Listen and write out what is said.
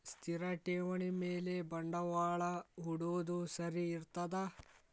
ಸ್ಥಿರ ಠೇವಣಿ ಮ್ಯಾಲೆ ಬಂಡವಾಳಾ ಹೂಡೋದು ಸರಿ ಇರ್ತದಾ?